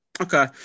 Okay